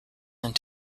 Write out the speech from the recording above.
and